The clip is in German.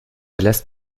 lässt